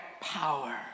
Power